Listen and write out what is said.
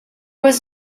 was